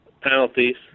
penalties